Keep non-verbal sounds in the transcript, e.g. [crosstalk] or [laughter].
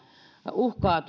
uhkaa [unintelligible]